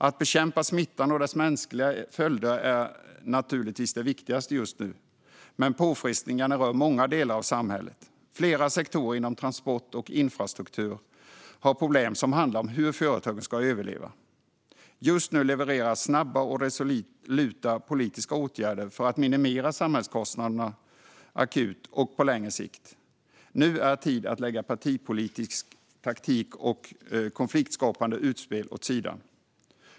Att bekämpa smittan och dess mänskliga följder är naturligtvis det viktigaste just nu, men påfrestningarna rör många delar av samhället. Flera sektorer inom transport och infrastruktur har problem som handlar om hur företagen ska överleva. Just nu levereras snabba och resoluta politiska åtgärder för att minimera samhällskostnaderna akut och på längre sikt. Nu är tid att lägga partipolitisk taktik och konfliktskapande utspel åt sidan.